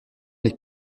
les